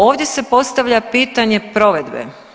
Ovdje se postavlja pitanje provedbe.